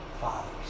fathers